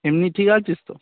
এমনি ঠিক আছিস তো